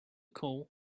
call